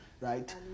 right